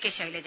K Shailaja